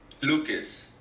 Lucas